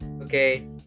Okay